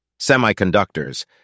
semiconductors